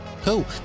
Cool